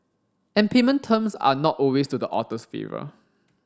and payment terms are not always to the author's favour